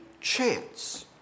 chance